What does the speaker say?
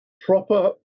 proper